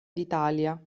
d’italia